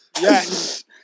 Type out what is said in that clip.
Yes